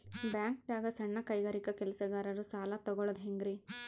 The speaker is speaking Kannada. ಬ್ಯಾಂಕ್ದಾಗ ಸಣ್ಣ ಕೈಗಾರಿಕಾ ಕೆಲಸಗಾರರು ಸಾಲ ತಗೊಳದ್ ಹೇಂಗ್ರಿ?